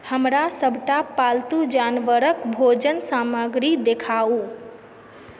हमरा सबटा पालतू जानवरके भोजन सामग्री देखाउ